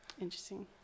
interesting